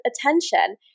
attention –